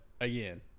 again